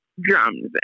drums